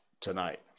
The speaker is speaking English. tonight